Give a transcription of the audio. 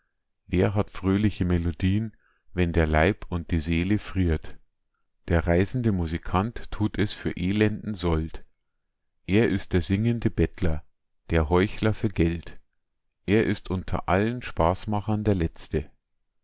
wer hat fröhliche melodien wenn der leib und die seele friert der reisende musikant tut es für elenden sold er ist der singende bettler der heuchler für geld er ist unter allen spaßmachern der letzte